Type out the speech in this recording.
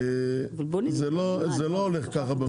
זה לא הולך ככה.